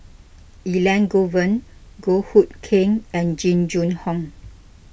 Elangovan Goh Hood Keng and Jing Jun Hong